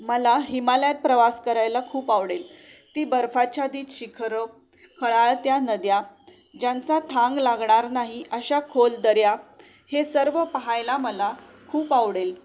मला हिमालयात प्रवास करायला खूप आवडेल ती बर्फाच्छादित शिखरे खळाळत्या नद्या ज्यांचा थांग लागणार नाही अशा खोल दऱ्या हे सर्व पहायला मला खूप आवडेल